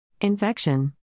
Infection